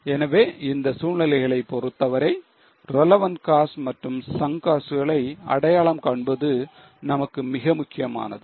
எனவே இந்த சூழ்நிலைகளை பொறுத்தவரை relevant costs மற்றும் sunk costs களை அடையாளம் காண்பது நமக்கு மிக முக்கியமானது